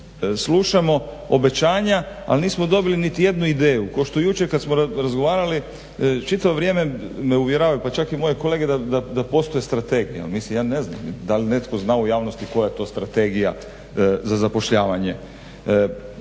slušamo obećanja ali nismo dobili niti jednu ideju. Kao što smo jučer razgovarali čitavo vrijeme me uvjeravaju pa čak i moje kolege da postoji strategija, mislim ja ne znam da li netko zna u javnosti koja je to strategija za zapošljavanje.